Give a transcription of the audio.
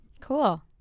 Cool